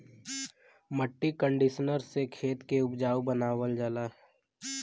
मट्टी कंडीशनर से खेत के उपजाऊ बनावल जाला